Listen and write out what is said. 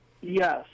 Yes